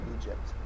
Egypt